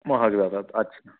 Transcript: महाग जातात अच्छा